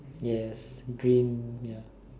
yes green ya